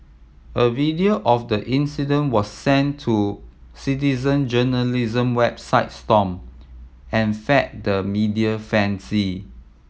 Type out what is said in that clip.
a video of the incident was sent to citizen journalism website Stomp and fed the media fancy